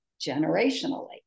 generationally